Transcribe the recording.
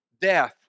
Death